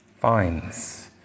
finds